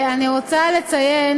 אני רוצה לציין